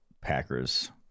packers